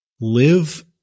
live